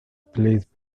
plays